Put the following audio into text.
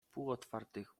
półotwartych